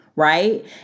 Right